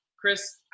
Chris